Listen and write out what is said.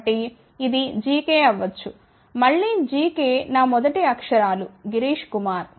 కాబట్టిఇది Gk అవ్వచ్చు మళ్ళీ gk నా మొదటి అక్షరాలు గిరీష్ కుమార్